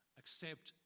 accept